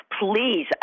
Please